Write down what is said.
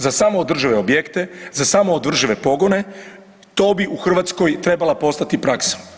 Za samoodržive objekte, za samoodržive pogone, to bi u Hrvatskoj trebala postati praksa.